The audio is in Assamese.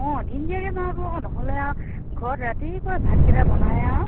অঁ দিন দিয়াকে অঁ নহ'লে আৰু ঘৰত ৰাতিপুৱা ভাতকেইটা বনাই আৰু